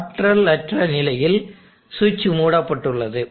ஆற்றலற்ற நிலையில் சுவிட்ச் மூடப்பட்டுள்ளது